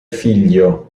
figlio